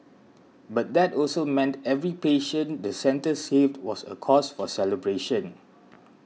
but that also meant every patient the centre saved was a cause for celebration